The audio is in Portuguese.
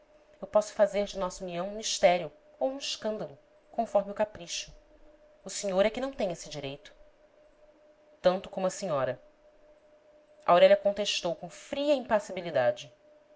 eu posso fazer de nossa união um mistério ou um escândalo conforme o capricho o senhor é que não tem esse direito tanto como a senhora aurélia contestou com fria impassibilidade